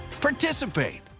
Participate